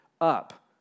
up